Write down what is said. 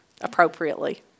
appropriately